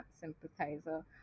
sympathizer